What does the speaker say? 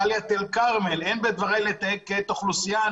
דלית אל כרמל - אין בדבריי לתייג כעת אוכלוסייה,